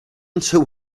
answer